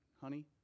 honey